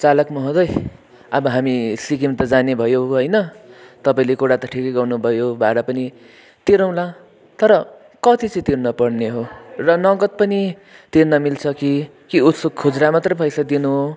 चालक महोदय अब हामी सिक्किम त जाने भयो होइन तपाईंँले कुरा त ठिकै गर्नु भयो भाडा पनि तिरौँला तर कति चाहिँ तिर्न पर्ने हो र नगद पनि तिर्न मिल्छ कि कि उसो खुजरा मात्रै पैसा दिनु हो